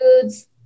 foods